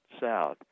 south